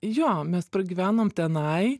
jo mes pragyvenom tenai